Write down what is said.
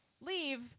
leave